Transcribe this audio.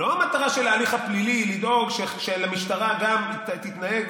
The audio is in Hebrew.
המטרה של ההליך הפלילי היא לדאוג שהמשטרה גם תתנהג